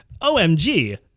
OMG